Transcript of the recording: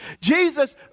Jesus